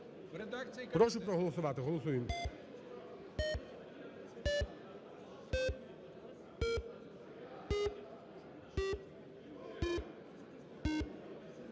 прошу проголосувати,